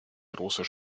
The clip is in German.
großer